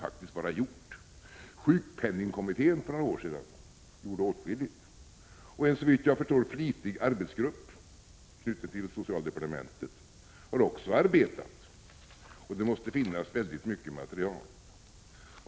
För några år sedan gjorde sjukpenningkommittén åtskilligt. En såvitt jag kan förstå flitig arbetsgrupp knuten till socialdepartementet har också arbetat. Det måste finnas mycket material.